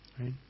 right